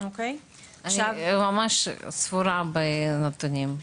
אני ממש ספורה בנתונים.